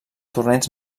torrents